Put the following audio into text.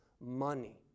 money